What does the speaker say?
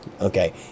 okay